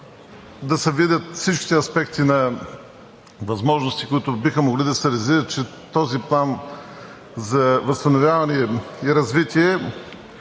да се видят всичките аспекти на възможности, които биха могли да се реализират чрез този план за възстановяване и развитие,